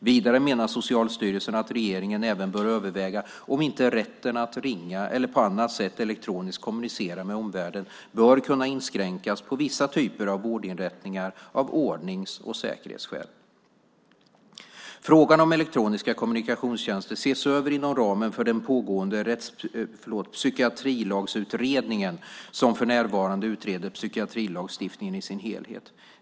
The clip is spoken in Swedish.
Vidare menar Socialstyrelsen att regeringen även bör överväga om inte rätten att ringa eller på annat sätt elektroniskt kommunicera med omvärlden bör kunna inskränkas på vissa typer av vårdinrättningar av ordnings och säkerhetsskäl. Frågan om elektroniska kommunikationstjänster ses över inom ramen för den pågående psykiatrilagsutredningen , som för närvarande utreder psykiatrilagstiftningen i sin helhet.